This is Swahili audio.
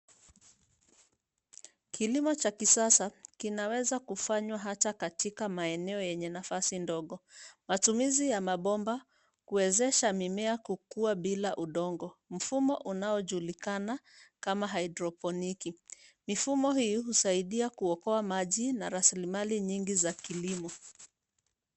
Kilimo cha kisasa kinaweza kufanywa hata katika maeneo yenye nafasi ndogo. Matumizi ya mabomba kuwezesha mimea kukua bila udongo, mfumo unaojulikana kama haidroponiki. Mifumo hii husaidia kuokoa maji na rasilimali nyingi za kilimo.